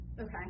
okay